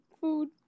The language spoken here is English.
food